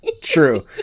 True